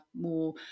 more